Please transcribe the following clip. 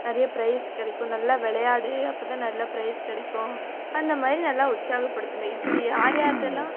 நிறைய பிரைஸ் கிடைக்கும் நல்லா விளையாடு அப்போ தான் நல்லா பிரைஸ் கிடைக்கும் அந்த மாதிரி நல்லா உற்சாகப்படுத்தணும் இப்படி யார் யார்கிட்டலாம்